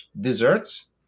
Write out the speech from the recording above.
desserts